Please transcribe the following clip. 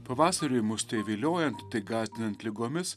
pavasariui mus tai viliojant tai gąsdinant ligomis